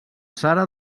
sara